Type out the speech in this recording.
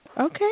Okay